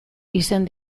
izen